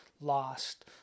lost